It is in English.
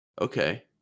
Okay